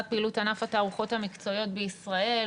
פעילות ענף התערוכות המקצועיות בישראל.